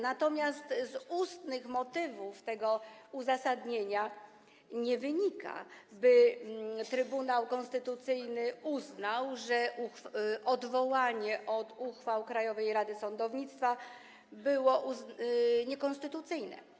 Natomiast z ustnych motywów tego uzasadnienia nie wynika, by Trybunał Konstytucyjny uznał, że odwołanie od uchwał Krajowej Rady Sądownictwa było niekonstytucyjne.